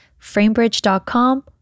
framebridge.com